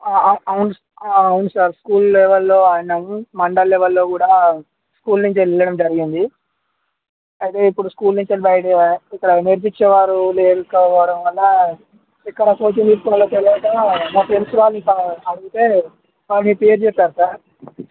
అవును అవును sir school లెవెల్లో ఆడినాం మండల్ లెవెల్లో కూడా స్కూల్ నుంచి వెళ్ళడం జరిగింది అయితే ఇప్పుడు స్కూల్ నుంచి బయట ఇక్కడ నేర్పించేవారు లేకపోవడం వల్ల ఎక్కడ కోచింగ్ తీసుకోవాలో తెలియక మా ఫ్రెండ్స్ వాళ్ళు అడిగితే వాళ్ళు మీ పేరు చెప్పారు సార్